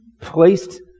placed